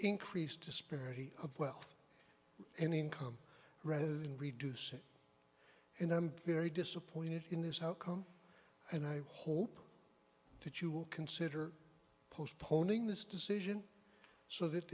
increase disparity of wealth and income rather than reduce it and i'm very disappointed in this outcome and i hope that you will consider postponing this decision so that